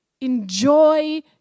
Enjoy